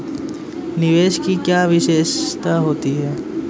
निवेश की क्या विशेषता होती है?